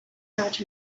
heart